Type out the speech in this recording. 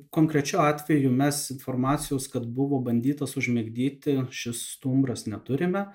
konkrečiu atveju mes informacijos kad buvo bandytas užmigdyti šis stumbras neturime